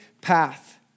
path